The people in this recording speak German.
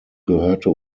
gehörte